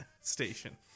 station